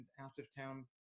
out-of-town